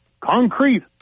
Concrete